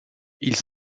ils